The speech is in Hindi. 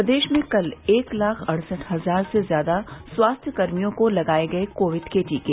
प्रदेश में कल एक लाख अड़सठ हजार से ज्यादा स्वास्थ्य कर्मियों को लगाए गये कोविड के टीके